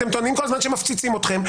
אתם טוענים כל הזמן שמפציצים אתכם.